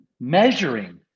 Measuring